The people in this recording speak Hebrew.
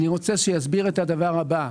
אני רוצה שיסביר את הדבר הבא.